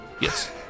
Yes